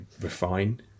refine